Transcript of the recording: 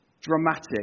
dramatic